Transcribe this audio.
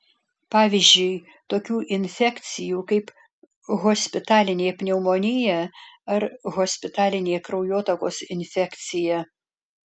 pavyzdžiui tokių infekcijų kaip hospitalinė pneumonija ar hospitalinė kraujotakos infekcija